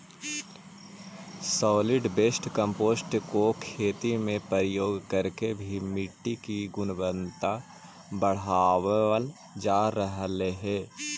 solid waste compost को खेती में प्रयोग करके भी मिट्टी की गुणवत्ता बढ़ावाल जा रहलइ हे